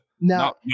Now